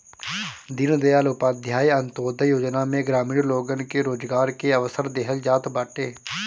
दीनदयाल उपाध्याय अन्त्योदय योजना में ग्रामीण लोगन के रोजगार के अवसर देहल जात बाटे